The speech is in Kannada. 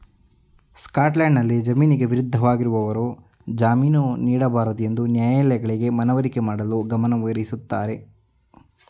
ಸ್ಕಾಟ್ಲ್ಯಾಂಡ್ನಲ್ಲಿ ಜಾಮೀನಿಗೆ ವಿರುದ್ಧವಾಗಿರುವವರು ಜಾಮೀನು ನೀಡಬಾರದುಎಂದು ನ್ಯಾಯಾಲಯಗಳಿಗೆ ಮನವರಿಕೆ ಮಾಡಲು ಗಮನಹರಿಸುತ್ತಾರೆ